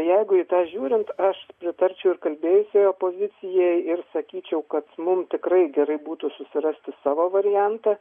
jeigu į tą žiūrint aš pritarčiau ir kalbėjusiojo pozicijai ir sakyčiau kad mum tikrai gerai būtų susirasti savo variantą